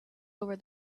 over